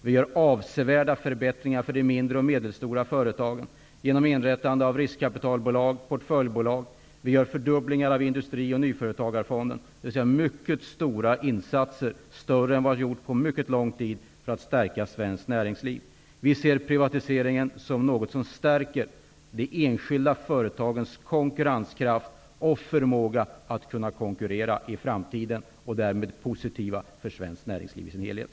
Vi gör avsevärda förbättringar för de mindre och medelstora företagen genom inrättandet av riskkapitalbolag, portföljbolag. Vi gör fördubblingar av Industri och nyföretagarfonden. Det handlar alltså om mycket stora insatser -- större än vad som gjorts på mycket lång tid -- för att stärka svenskt näringsliv. Vi ser privatiseringen som något som stärker de enskilda företagens konkurrenskraft och förmåga att konkurrera även i framtiden. Det här är således positivt för svenskt näringsliv i dess helhet.